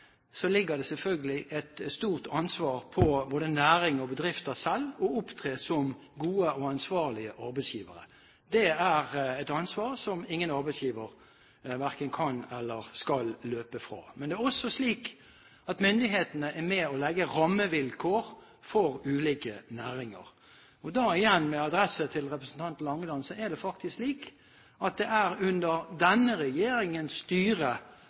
ligger det selvfølgelig et stort ansvar på både næringer og bedrifter selv for å opptre som gode og ansvarlige arbeidsgivere. Det er et ansvar som ingen arbeidsgiver verken kan eller skal løpe fra. Men det er også slik at myndighetene er med på å legge rammevilkår for ulike næringer. Og da – igjen med adresse til representanten Langeland – er det faktisk slik at det er i årene under denne regjeringens styre